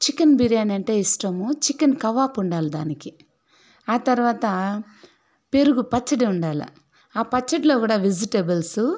chicken biryani అంటే ఇష్టము chicken kebab ఉండాలి దానికి ఆ తర్వాత పెరుగు పచ్చడి ఉండాల ఆ పచ్చట్లో కూడా వెజిటెబుల్సు